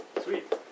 Sweet